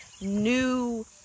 new